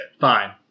Fine